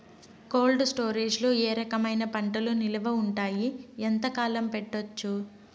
Cold storage లో ఏ రకమైన పంటలు నిలువ ఉంటాయి, ఎంతకాలం పెట్టొచ్చు?